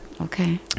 Okay